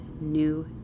new